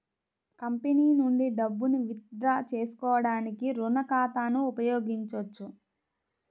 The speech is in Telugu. కంపెనీ నుండి డబ్బును విత్ డ్రా చేసుకోవడానికి రుణ ఖాతాను ఉపయోగించొచ్చు